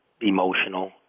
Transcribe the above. emotional